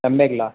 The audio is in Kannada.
ರೆಂಬೆಗ್ಳ